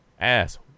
Ass